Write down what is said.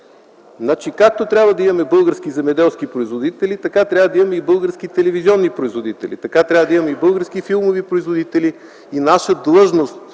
Както трябва да имаме български земеделски производители, така трябва да имаме и български телевизионни производители, и български филмови производители и наше задължение